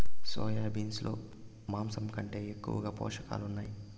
soya beans లో మాంసం కంటే ఎక్కువగా పోషకాలు ఉన్నాయి